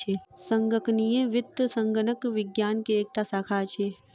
संगणकीय वित्त संगणक विज्ञान के एकटा शाखा अछि